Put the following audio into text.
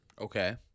Okay